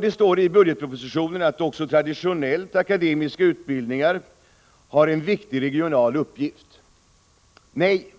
Det står i budgetpropositionen att också traditionellt akademiska utbildningar har en viktig regional uppgift. Nej,